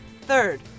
Third